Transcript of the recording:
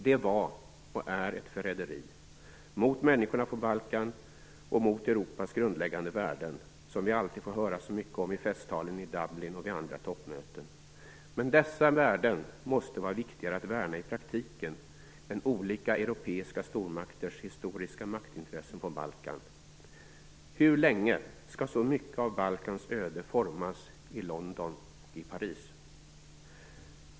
Det var och är ett förräderi, mot människorna på Balkan och mot Europas grundläggande värden, som vi alltid får höra så mycket om i festtalen i Dublin och vid andra toppmöten. Men dessa värden måste vara viktigare att värna i praktiken än i olika europeiska stormakters historiska maktintressen på Balkan. Hur länge skall så mycket av Balkans öde formas i London och i Paris?